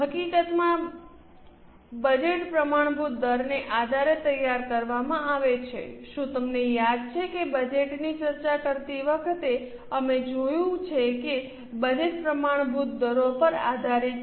હકીકતમાં બજેટ પ્રમાણભૂત દરને આધારે તૈયાર કરવામાં આવે છે શું તમને યાદ છે કે બજેટ્સની ચર્ચા કરતી વખતે અમે જોયું છે કે બજેટ પ્રમાણભૂત દરો પર આધારિત છે